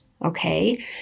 Okay